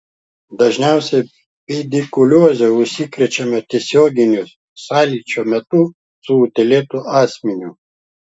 dažniausiai pedikulioze užsikrečiama tiesioginio sąlyčio metu su utėlėtu asmeniu